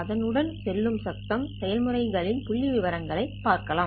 இதன் உடன் செல்லும் சத்தம் செயல்முறைகள் களின் புள்ளிவிவரங்கள்களைப் பாருங்கள்